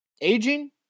Aging